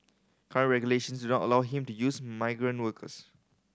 current regulations do not allow him to use migrant workers